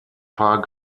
paar